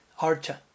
Archa